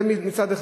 זה מצד אחד.